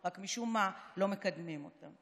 רק משום מה לא מקדמים אותן,